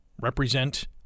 represent